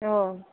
औ